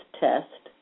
test